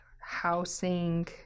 housing